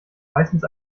meistens